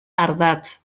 ardatz